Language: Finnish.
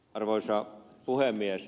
arvoisa puhemies